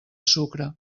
sucre